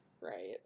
Right